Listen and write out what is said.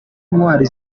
ntwari